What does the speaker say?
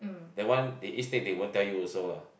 that one they eat snake they won't tell you also ah